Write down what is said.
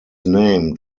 named